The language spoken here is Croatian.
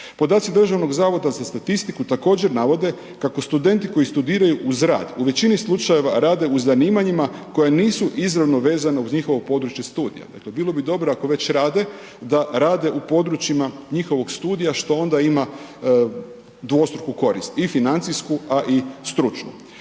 Podaci Državnog zavoda za statistiku također navode kako studenti koji studiraju uz rad u većini slučajeva rade u zanimanjima koja nisu izravno vezana uz njihovo područje studija, dakle bilo bi dobro ako već rade da rade u područjima njihovog studija, što onda ima dvostruku korist i financijsku, a i stručnu.